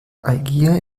algier